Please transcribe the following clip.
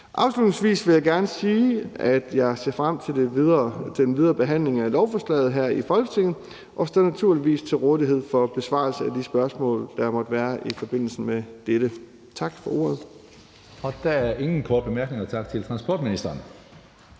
Afslutningsvis vil jeg gerne sige, at jeg ser frem til den videre behandling af lovforslaget her i Folketinget. Og jeg står naturligvis til rådighed for besvarelse af de spørgsmål, der måtte være i forbindelse med dette. Tak for ordet.